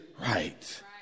right